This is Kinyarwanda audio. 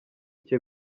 cye